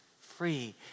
free